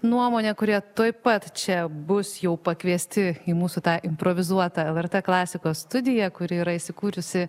nuomonę kurie tuoj pat čia bus jau pakviesti į mūsų tą improvizuotą lrt klasikos studiją kuri yra įsikūrusi